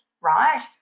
right